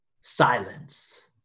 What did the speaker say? Silence